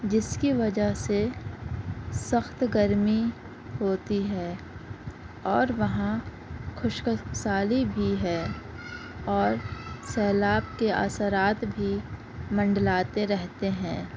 جس کی وجہ سے سخت گرمی ہوتی ہے اور وہاں خشک سالی بھی ہے اور سیلاب کے اثرات بھی منڈلاتے رہتے ہیں